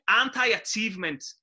anti-achievement